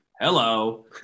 hello